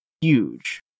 huge